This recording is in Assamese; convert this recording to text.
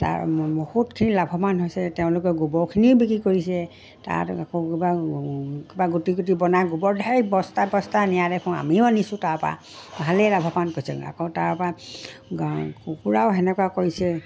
তাৰ বহুতখিনি লাভৱান হৈছে তেওঁলোকে গোবৰখিনিও বিক্ৰী কৰিছে তাত আকৌ কবা কিবা গুটি গুটি বনাই গোবৰ সেই বস্তা বস্তা নিয়া দেখোঁ আমিও আনিছোঁ তাৰপা ভালেই লাভৱান কৈছিলোঁ আকৌ তাৰপা কুকুৰাও সেনেকুৱা কৰিছে